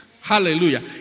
Hallelujah